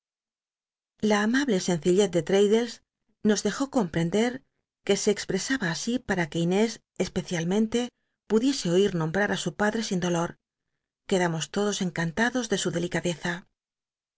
la amable sencillez de tmddles nos dejó co mprender que se expresaba así para que inés especialmente pudiese oir nombrar á su pad re sin dolor quedamos lodos encantados de su delicadeza